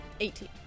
18